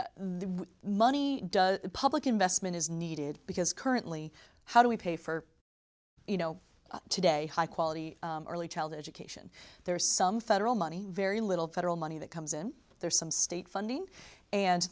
elephant money does public investment is needed because currently how do we pay for you know today high quality early childhood education there is some federal money very little federal money that comes in there's some state funding and